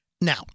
Now